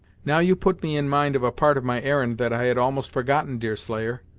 now you put me in mind of a part of my errand that i had almost forgotten, deerslayer.